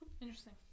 Interesting